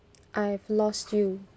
I have lost you